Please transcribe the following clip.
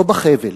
לא בחבל,